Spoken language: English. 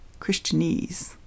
Christianese